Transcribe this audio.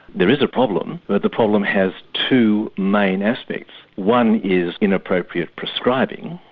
there is a problem but the problem has two main aspects. one is inappropriate prescribing,